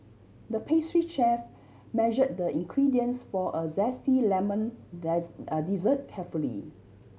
the pastry chef measure the ingredients for a zesty lemon a dessert carefully